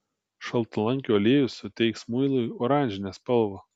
šaltalankio aliejus suteiks muilui oranžinę spalvą